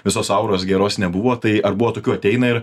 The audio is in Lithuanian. visos auros geros nebuvo tai ar buvo tokių ateina ir